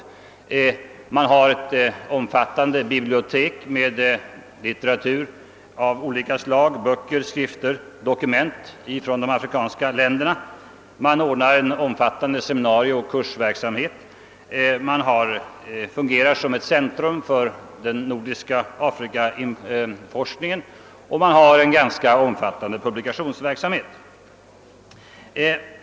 Institutet har ett omfattande bibliotek med litteratur av olika slag — böcker, skrifter och dokument från de afrikanska länderna. Vidare bedriver institutet en omfattande seminarieoch kursverksamhet samt fungerar som centrum för den nordiska afrikaforskningen. Institutet svarar också för en ganska omfattande publikationsverksamhet.